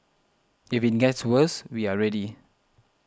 if it gets worse we are ready